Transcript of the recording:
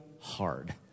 hard